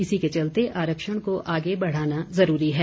इसी के चलते आरक्षण को आगे बढ़ाना जरूरी है